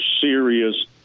serious